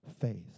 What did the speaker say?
faith